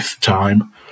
time